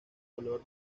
color